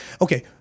Okay